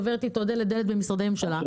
עוברת אתו דלת דלת במשרדי ממשלה,